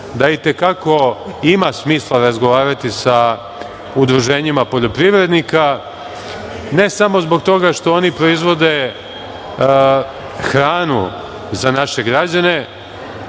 da i te kako ima smisla razgovarati sa udruženjima poljoprivrednika. Ne samo zbog toga što oni proizvode hranu za naše građane,